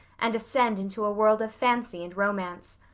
and ascend into a world of fancy and romance.